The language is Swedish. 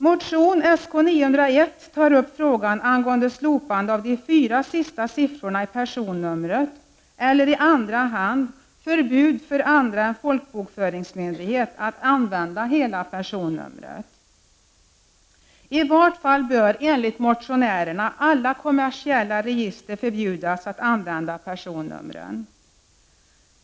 Motion Sk901 tar upp frågan angående slopande av de fyra sista siffrorna i personnumret eller, i andra hand, förbud för andra än folkbokföringsmyndighet att använda hela personnumret. I varje fall bör enligt motionärerna alla kommersiella register förbjudas att använda personnumren.